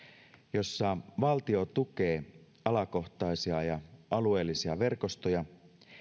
jossa valtio tukee alakohtaisia ja alueellisia verkostoja